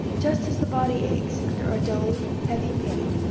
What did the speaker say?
just as the body aches under a dull, heavy pain,